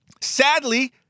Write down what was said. sadly